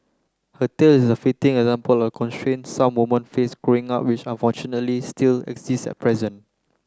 her tale is a fitting example of the constraints some woman face Growing Up which unfortunately still exist at present